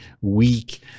weak